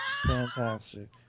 fantastic